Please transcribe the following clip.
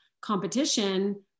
competition